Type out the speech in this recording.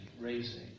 raising